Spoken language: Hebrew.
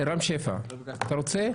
רם שפע, אתה רוצה?